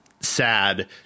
sad